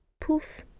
Poof